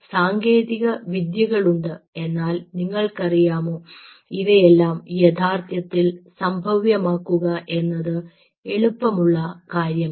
സാങ്കേതികവിദ്യകൾ ഉണ്ട് എന്നാൽ നിങ്ങൾക്കറിയാമോ ഇവയെല്ലാം യഥാർത്ഥത്തിൽ സംഭവ്യമാക്കുക എന്നത് എളുപ്പമുള്ള കാര്യമല്ല